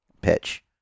pitch